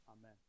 Amen